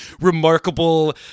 remarkable